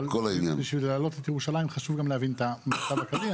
אבל כדי להעלות את ירושלים חשוב להבין גם את המצב הכללי,